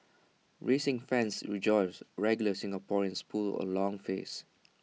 racing fans rejoice regular Singaporeans pull A long face